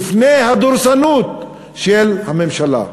בפני הדורסנות של הממשלה,